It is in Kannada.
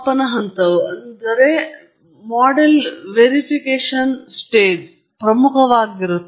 ಮತ್ತು ನಾನು ಮೊದಲೇ ಹೇಳಿದ ಯಾವ ಶಬ್ದದ ಬಗ್ಗೆ ಮಾತನಾಡಬೇಕೆಂಬುದರ ಅಂತಿಮ ಅಂಶವೆಂದರೆ ನೀವು ಶಬ್ದವನ್ನು ಹೊಂದಿರುವಾಗ ಅದು ಮುಖ್ಯವಾಗಿ ಸಂಭವಿಸುತ್ತದೆ